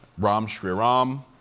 ram shriram,